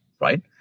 right